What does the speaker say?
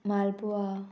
मालपुआ